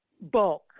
bulk